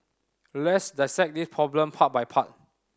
let's dissect this problem part by part